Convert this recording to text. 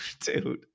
dude